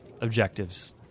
objectives